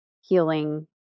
healing